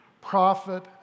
prophet